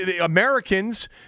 Americans